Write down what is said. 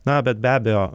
na bet be abejo